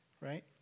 right